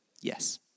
yes